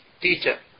teacher